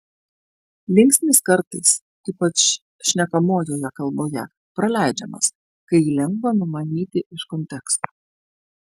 linksnis kartais ypač šnekamojoje kalboje praleidžiamas kai jį lengva numanyti iš konteksto